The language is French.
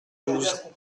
douze